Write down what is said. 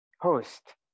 Host